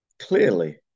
clearly